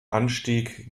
anstieg